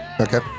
Okay